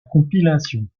compilation